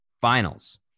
Finals